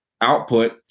output